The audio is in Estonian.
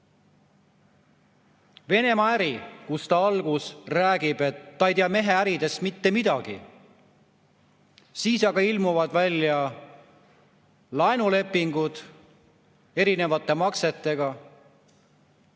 Venemaa-äri kohta ta alguses rääkis, et ta ei tea mehe äridest mitte midagi. Siis aga ilmusid välja laenulepingud erinevate maksetega,